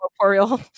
corporeal